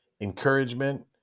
encouragement